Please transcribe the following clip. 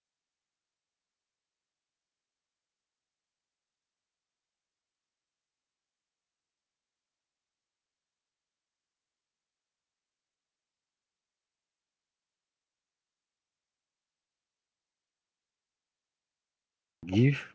gift